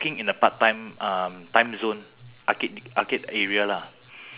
parkway uh wait ah parkway parade